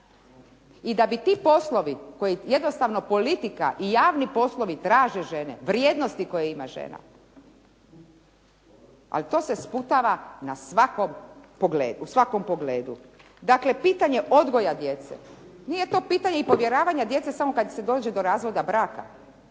I da bi ti poslovi koje jednostavno politika i javni poslovi traže žene, vrijednosti koje ima žena, ali to se sputava u svakom pogledu. Dakle, pitanje odgoja djece. Nije to pitanje i povjeravanja djece samo kad se dođe do razvoda braka.